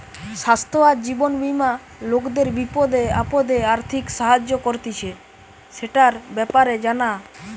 স্বাস্থ্য আর জীবন বীমা লোকদের বিপদে আপদে আর্থিক সাহায্য করতিছে, সেটার ব্যাপারে জানা